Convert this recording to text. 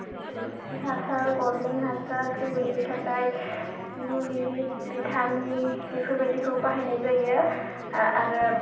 गोबोरखि हासार गभारनमेन्ट हासार सेवैनि थाखाय मुलि भिटामिन बेफोरबायदिखौ बाहायनाय जायो आरो